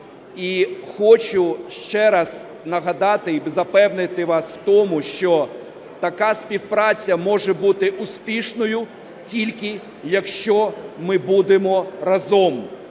І хочу ще раз нагадати і запевнити вас у тому, що така співпраця може бути успішною тільки, якщо ми будемо разом: